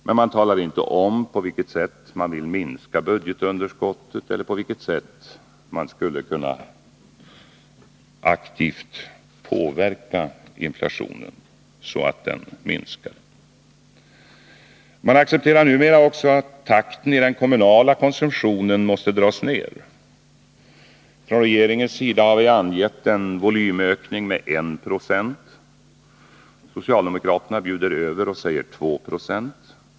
Men man talar inte om på vilket sätt man vill minska budgetunderskottet eller på vilket sätt man skulle kunna aktivt påverka inflationstakten så att den minskar. Man accepterar numera också att takten i den kommunala konsumtionen måste dras ner. Regeringen har angett en volymökning med 1 90. Socialdemokraterna bjuder över och säger 2 20.